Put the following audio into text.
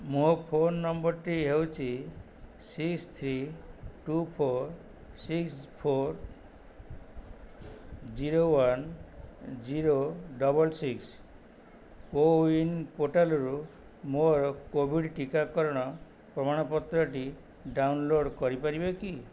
ମୋ ଫୋନ ନମ୍ବରଟି ହେଉଛି six three two four six four zero one zero double six CoWIN ପୋର୍ଟାଲ୍ରୁ ମୋର କୋଭିଡ଼୍ ଟିକାକରଣ ପ୍ରମାଣପତ୍ରଟି ଡାଉନଲୋଡ଼୍ କରିପାରିବେ କି